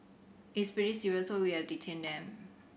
it is pretty serious so we have detained them